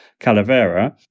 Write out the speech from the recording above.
calavera